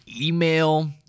email